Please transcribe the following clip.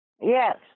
yes